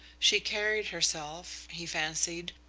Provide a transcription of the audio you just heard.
she carried herself, he fancied,